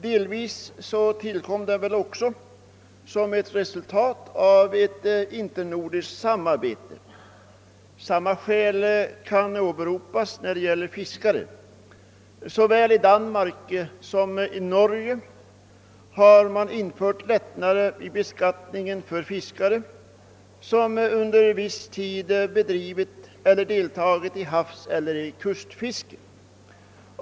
Delvis var denna också ett resultat av ett internordiskt samarbete. Samma skäl kan åberopas när det gäller fiskare. Såväl i Danmark som i Norge har man infört lättnader i beskattningen för fiskare som under viss tid bedrivit eller deltagit i havseller kustfiske.